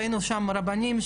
ראינו שם רבנים,